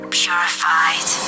purified